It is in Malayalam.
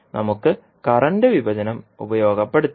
അതിനായി നമുക്ക് കറന്റ് വിഭജനം ഉപയോഗപ്പെടുത്താം